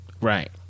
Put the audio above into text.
right